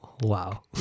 Wow